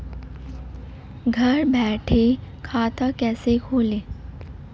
घर बैठे खाता कैसे खोलें?